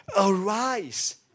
Arise